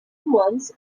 months